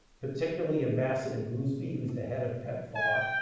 particularly ambassador goosby who's the head of pepfar,